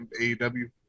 AEW